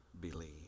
believe